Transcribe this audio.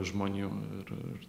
žmonių ir ir